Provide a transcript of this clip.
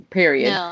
period